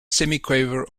semiquaver